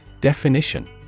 Definition